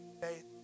faith